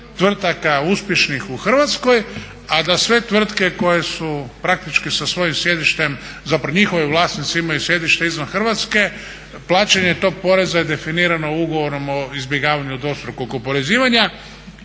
tvrtki uspješnih u Hrvatskoj, a da sve tvrtke koje su praktički sa svojim sjedištem, zapravo njihovi vlasnici imaju sjedište izvan Hrvatske, plaćanje tog poreza je definirano ugovorom o izbjegavanju dvostrukog oporezivanja.